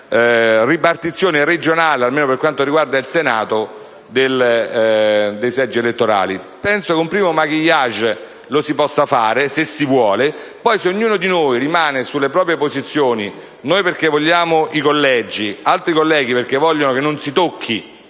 ripartizione regionale dei seggi, almeno per quanto riguarda il Senato. Penso che un primo *maquillage* si possa fare, se si vuole. Poi, se ognuno di noi resta sulle proprie posizioni - noi perché vogliamo i collegi, altri perché vogliono che non si tocchi